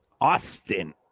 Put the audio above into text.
Austin